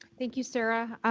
thank you, sarah.